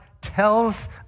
tells